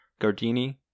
Gardini